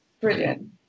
brilliant